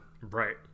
Right